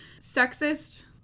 sexist